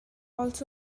was